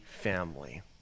family